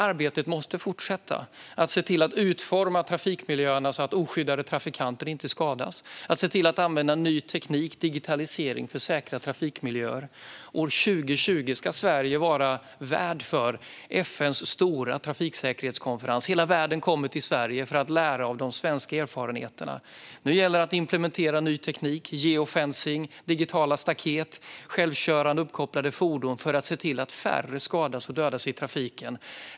Arbetet måste fortsätta med att utforma trafikmiljöerna så att oskyddade trafikanter inte skadas och med att använda ny teknik och digitalisering för säkra trafikmiljöer. År 2020 ska Sverige vara värd för FN:s stora trafiksäkerhetskonferens. Hela världen kommer till Sverige för att dra lärdom av de svenska erfarenheterna. Nu gäller det att implementera ny teknik - geofencing, alltså digitala staket, och självkörande, uppkopplade fordon - för att se till att färre skadas och dödas i trafiken.